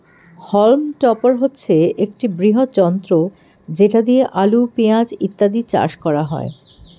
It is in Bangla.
হল্ম টপার হচ্ছে একটি বৃহৎ যন্ত্র যেটা দিয়ে আলু, পেঁয়াজ ইত্যাদি চাষ করা হয়